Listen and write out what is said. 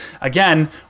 Again